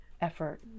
effort